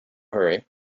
hurry